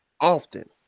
often